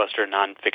nonfiction